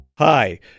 Hi